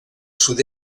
sud